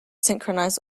synchronize